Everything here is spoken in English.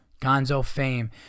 GonzoFame